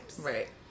Right